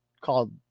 called